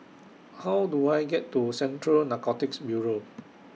How Do I get to Central Narcotics Bureau